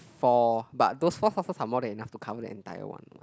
four but those four sources are more than enough to cover the entire one